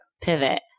Pivot